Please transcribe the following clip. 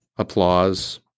applause